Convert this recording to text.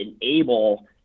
enable